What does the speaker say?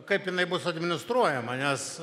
kaip jinai bus administruojama nes